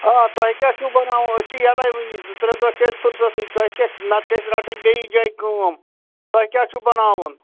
آ تۄہہِ کیٛاہ چھُ بَناوُن أسۍ چھِ یَلے وُنہِ زٕ ترٛےٚ دۄہ چھِ اَسہِ فرصَتٕے تۄہہِ کیٛاہ نَتہٕ چھِ اَسہِ رَٹٕنۍ بیٚیِس جایہِ کٲم تۄہہِ کیٛاہ چھُو بَناوُن